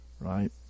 right